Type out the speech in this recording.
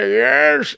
yes